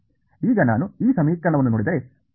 ಈಗ ನಾನು ಈ ಸಮೀಕರಣವನ್ನು ನೋಡಿದರೆ